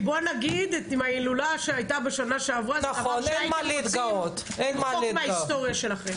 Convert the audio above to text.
את ההילולה שהייתה בשנה שעברה אתם רוצים למחוק מן ההיסטוריה שלכם.